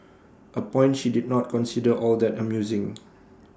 A point she did not consider all that amusing